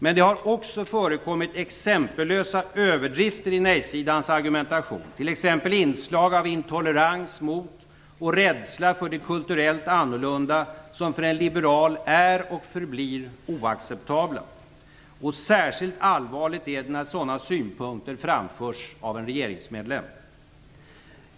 Men det har också förekommit exempellösa överdrifter i nej-sidans argumentation, t.ex. inslag av intolerans mot och rädsla för det kulturellt annorlunda som för en liberal är och förblir oacceptabla. Särskilt allvarligt är det när sådana synpunkter framförs av en regeringsmedlem.